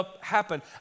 happen